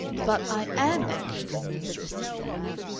but i am anxious, said mr. stanley,